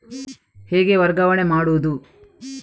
ಹೇಗೆ ವರ್ಗಾವಣೆ ಮಾಡುದು?